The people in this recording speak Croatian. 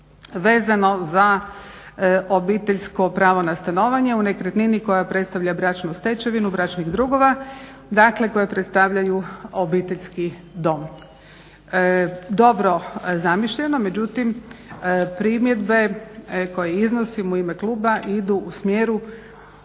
vezano za obiteljsko pravo na stanovanje u nekretnini koja predstavlja bračnu stečevinu bračnih drugova dakle koji predstavljaju obiteljski dom. Dobro zamišljeno, međutim primjedbe koje iznosim u ime kluba idu u smjeru